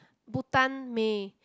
Butan may